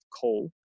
coal